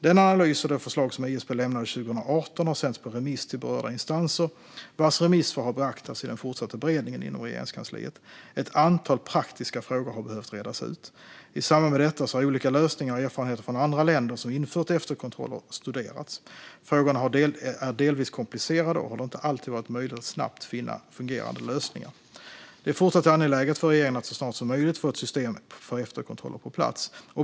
Den analys och det förslag som ISP lämnade 2018 har sänts på remiss till berörda instanser, vars remissvar har beaktats i den fortsatta beredningen inom Regeringskansliet. Ett antal praktiska frågor har behövt redas ut. I samband med detta har olika lösningar och erfarenheter från andra länder som infört efterkontroller studerats. Frågorna är delvis komplicerade, och det har inte alltid varit möjligt att snabbt finna fungerande lösningar. Det är fortsatt angeläget för regeringen att så snart som möjligt få ett system för efterkontroller på plats.